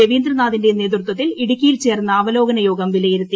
രവീന്ദ്രനാഥിന്റെ നേതൃത്വത്തിൽ ഇടുക്കിയിൽ ചേർന്ന അവലോകന യോഗം വിലയിരുത്തി